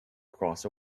cross